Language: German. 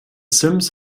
sims